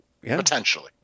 Potentially